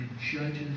judges